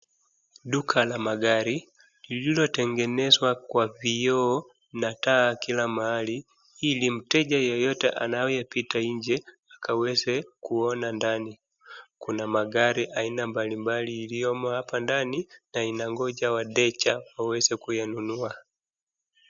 Duka la magari, lililotengenezwa kwa vioo na taa kila mahali ili mteja yoyote anayepita nje akaweze kuona ndani. Kuna magari aina mbalimbali iliyomo hapa ndani na inangoja wateja waweze kuyanunua.